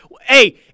Hey